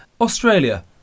Australia